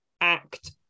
act